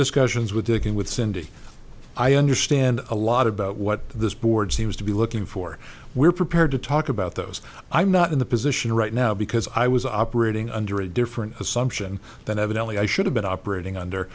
discussions with begin with cindi i understand a lot about what this board seems to be looking for we're prepared to talk about those i'm not in the position right now because i was operating under a different assumption than evidently i should have been operating under